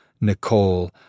Nicole